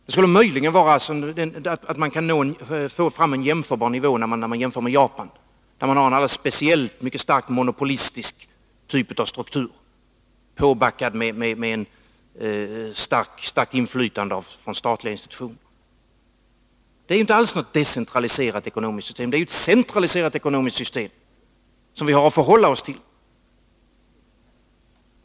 Man skulle möjligen kunna få fram jämförbara nivåer om man jämför med Japan, där man har en alldeles speciell, mycket starkt monopolistisk typ av struktur, påbackad med ett starkt inflytande från statliga institutioner. Det är inte alls ett decentraliserat ekonomiskt system utan ett centraliserat ekonomiskt system som vi har att förhålla oss till.